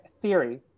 theory